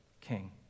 king